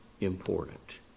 important